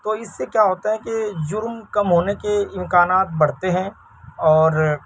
تو اس سے کیا ہوتا ہے کہ جرم کم ہونے کے امکانات بڑھتے ہیں اور